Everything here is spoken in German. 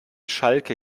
schalke